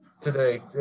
today